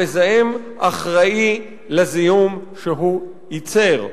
המזהם אחראי לזיהום שהוא ייצר.